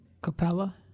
Capella